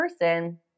person